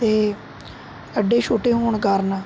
ਅਤੇ ਅੱਡੇ ਛੋਟੇ ਹੋਣ ਕਾਰਨ